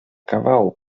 kawału